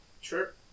Sure